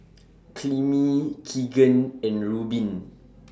Clemie Keegan and Rubin